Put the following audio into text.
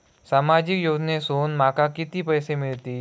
सामाजिक योजनेसून माका किती पैशे मिळतीत?